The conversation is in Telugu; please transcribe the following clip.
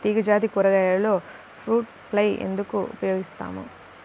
తీగజాతి కూరగాయలలో ఫ్రూట్ ఫ్లై ఎందుకు ఉపయోగిస్తాము?